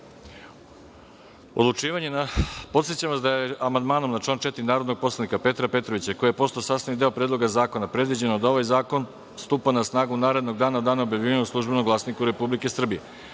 prihvaćen. Podsećam vas da je amandmanom na član 4. narodnog poslanika Petra Petrovića, koji je postao sastavni deo predloga zakona predviđeno da ovaj zakon stupa na snagu narednog dana od dana objavljivanja u „Službenom Glasniku Republike Srbije“.Prema